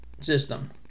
System